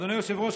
אדוני היושב-ראש,